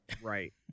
Right